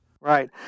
Right